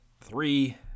three